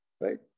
right